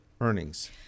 earnings